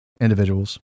individuals